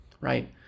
right